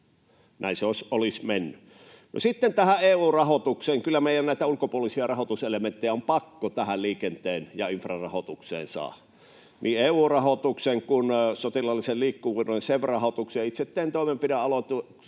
Näin se olisi mennyt. No, sitten EU-rahoitukseen: Kyllä meidän näitä ulkopuolisia rahoituselementtejä on pakko liikenteen ja infran rahoitukseen saada, niin EU-rahoituksia kuin sotilaallisen liikkuvuuden CEF-rahoituksia. Itse tein toimenpidealoitteen